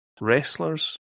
wrestlers